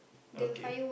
okay